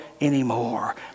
anymore